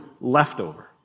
leftover